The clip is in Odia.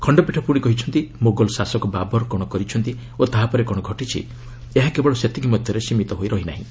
ଖଣ୍ଡପୀଠ ପୁଣି କହିଛନ୍ତି ମୋଗଲ ଶାସକ ବାବର୍ କ'ଣ କରିଛନ୍ତି ଓ ତାହାପରେ କ'ଣ ଘଟିଛି ଏହା କେବଳ ସେତିକି ମଧ୍ୟରେ ସୀମିତ ନୁହେଁ